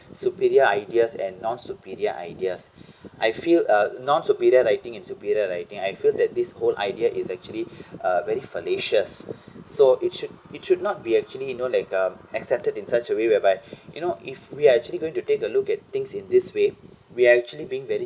superior ideas and non-superior ideas I feel uh non-superior writing and superior writing I feel that this whole idea is actually uh very fallacious so it should it should not be actually you know like um accepted in such a way whereby you know if we actually going to take a look at things in this way we are actually being very